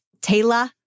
Taylor